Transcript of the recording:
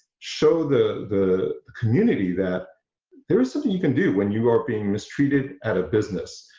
show the the the community that there is something you can do when you are being mistreated at a business.